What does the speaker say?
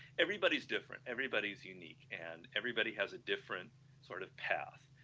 everybody is different, everybody is unique and everybody has a different sort of path,